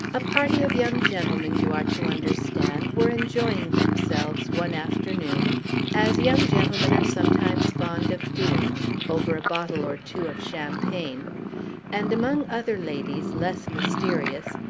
a party of young gentlemen, you are to understand, were enjoying themselves, one afternoon as young gentlemen are sometimes fond of doing over a bottle or two of champagne and, among other ladies less mysterious,